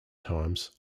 times